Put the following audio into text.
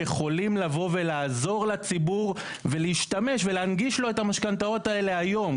יכולים לבוא ולעזור לציבור ולהשתמש ולהנגיש לו את המשכנתאות האלה היום,